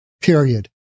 Period